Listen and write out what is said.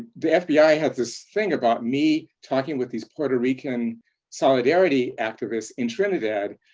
the fbi had this thing about me talking with these puerto rican solidarity activists in trinidad,